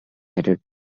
headed